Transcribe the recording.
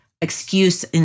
excuse